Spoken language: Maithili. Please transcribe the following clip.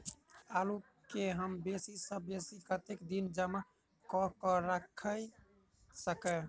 आलु केँ हम बेसी सऽ बेसी कतेक दिन जमा कऽ क राइख सकय